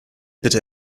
bitte